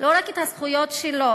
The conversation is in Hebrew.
לא רק את הזכויות שלו.